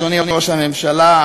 אדוני ראש הממשלה,